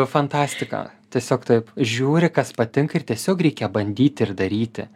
fantastika tiesiog taip žiūri kas patinka ir tiesiog reikia bandyti ir daryti